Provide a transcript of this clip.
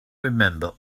remember